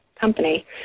company